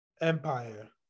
empire